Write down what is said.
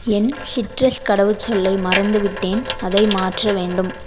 என் citrus கடவுச்சொல்லை மறந்துவிட்டேன் அதை மாற்ற வேண்டும்